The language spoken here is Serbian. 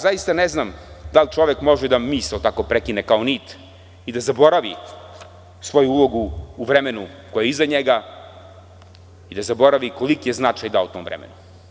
Zaista ne znam da li čovek može misao da prekine kao nit i da zaboravi svoju ulogu u vremenu koje je iza njega i da zaboravi koliki je značaj dao tom vremenu.